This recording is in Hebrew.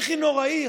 בכי נוראי.